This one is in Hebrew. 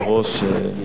תודה רבה,